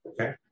Okay